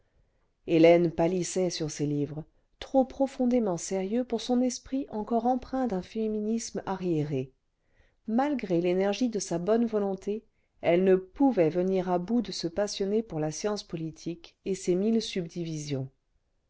hélène pâlissait sur ces livres trop profondément sérieux pour son esprit encore empreint d'un féminisme arriéré malgré l'énergie de sa bonne volonté elle ne pouvait venir à bout de se passionner pour la science politique et ses mille subdivisions